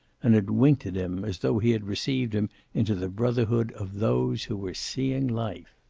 and had winked at him as though he had received him into the brotherhood of those who were seeing life.